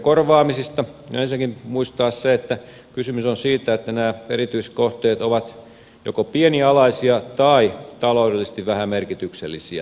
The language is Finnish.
pitää ensinnäkin muistaa se että kysymys on siitä että nämä erityiskohteet ovat joko pienialaisia tai taloudellisesti vähämerkityksellisiä eli jompiakumpia